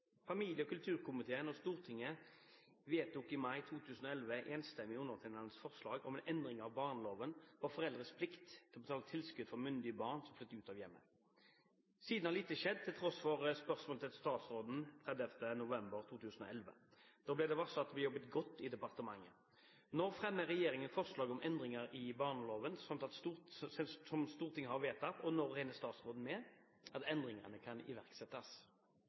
familie- og kulturkomiteens innstilling vedtok Stortinget i mai 2011 enstemmig undertegnedes forslag om en endring av barneloven for foreldres plikt til å betale tilskudd for myndige barn som flytter ut av hjemmet. Siden har lite skjedd til tross for spørsmål til statsråden 30. november 2011. Da ble det varslet at det ble jobbet godt i departementet. Når fremmer regjeringen forslag om endringer i barneloven slik Stortinget har vedtatt, og når regner statsråden med at endringene kan iverksettes?»